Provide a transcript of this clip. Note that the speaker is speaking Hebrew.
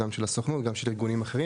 גם של הסוכנות, גם של ארגונים אחרים.